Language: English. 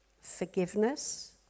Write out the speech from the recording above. forgiveness